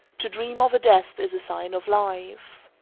to dream of a death is a sign of life.